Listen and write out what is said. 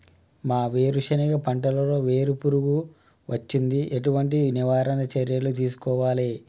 మా వేరుశెనగ పంటలలో వేరు పురుగు వచ్చింది? ఎటువంటి నివారణ చర్యలు తీసుకోవాలే?